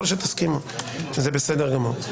זה בסדר גמור.